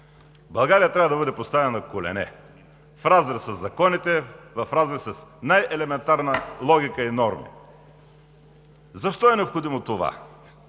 България трябва да бъде поставена на колене – в разрез със законите, в разрез с най-елементарна логика и норми. Защо е необходимо това?